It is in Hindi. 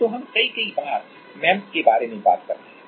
तो हम कई कई बार एमईएमएस के बारे में बात कर रहे हैं